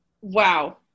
Wow